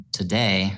today